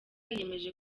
yiyemeje